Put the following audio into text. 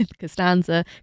Costanza